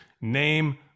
name